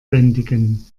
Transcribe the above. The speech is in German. bändigen